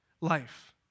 life